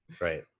right